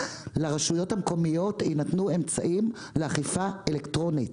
לרשויות המקומיות יינתנו אמצעים לאכיפה אלקטרונית.